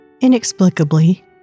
Inexplicably